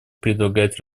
предлагать